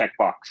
checkbox